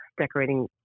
decorating